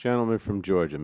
gentleman from georgia